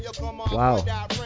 Wow